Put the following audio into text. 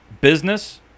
business